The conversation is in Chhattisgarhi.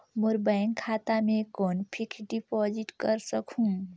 मोर बैंक खाता मे कौन फिक्स्ड डिपॉजिट कर सकहुं?